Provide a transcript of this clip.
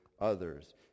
others